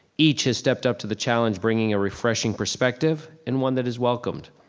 each has stepped up to the challenge, bringing a refreshing perspective and one that is welcomed.